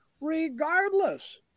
regardless